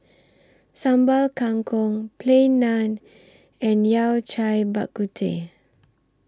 Sambal Kangkong Plain Naan and Yao Cai Bak Kut Teh